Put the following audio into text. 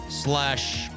slash